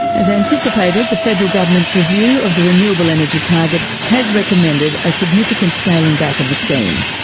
as anticipated, the federal government's review of the renewable energy target has recommended a significant scaling-back of the scheme.